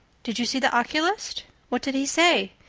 did you see the oculist? what did he say?